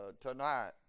tonight